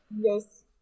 yes